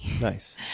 Nice